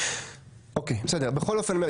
בכל אופן,